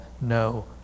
no